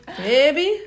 baby